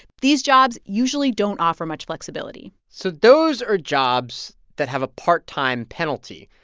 these jobs usually don't offer much flexibility so those are jobs that have a part-time penalty.